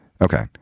okay